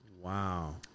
Wow